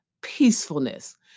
peacefulness